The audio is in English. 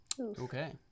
Okay